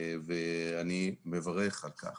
אני מברך על כך.